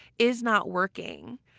is not working.